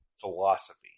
philosophy